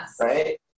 Right